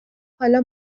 حالا